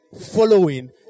following